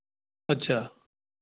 अच्छा